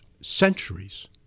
centuries